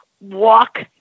walk